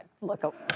Look